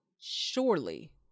surely